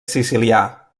sicilià